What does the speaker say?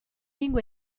lingua